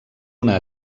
una